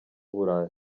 burayi